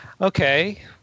okay